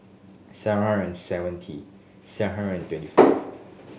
seven hundred and seventy seven hundred and twenty five